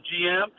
GM